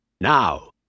Now